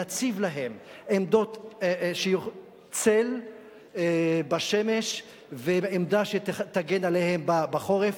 להציב להם עמדות של צל בשמש ועמדה שתגן עליהם בחורף.